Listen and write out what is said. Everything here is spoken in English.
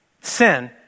sin